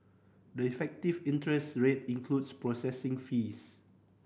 the effective interest rate includes processing fees